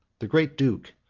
the great duke,